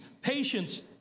patience